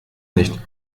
nicht